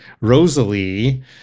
Rosalie